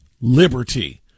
liberty